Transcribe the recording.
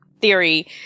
theory